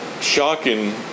shocking